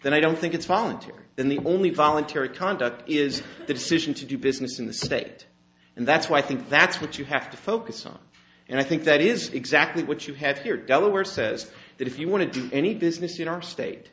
then i don't think it's voluntary then the only voluntary conduct is the decision to do business in the state and that's why i think that's what you have to focus on and i think that is exactly what you have here delaware says that if you want to do any business in our state